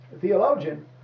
theologian